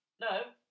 No